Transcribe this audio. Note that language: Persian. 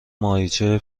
ماهیچه